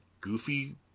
goofy